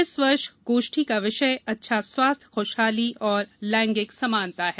इस वर्ष गोष्ठी का विषय अच्छा स्वास्थ्य खुशहाली और लैंगिक समानता है